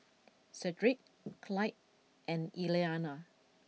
Sedrick Clide and Elliana